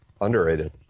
Underrated